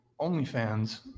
OnlyFans